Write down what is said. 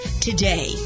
today